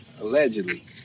Allegedly